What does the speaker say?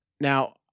Now